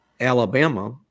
Alabama